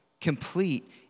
Complete